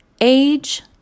age